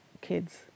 kids